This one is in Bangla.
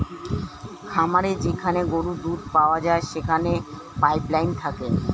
খামারে যেখানে গরুর দুধ পাওয়া যায় সেখানে পাইপ লাইন থাকে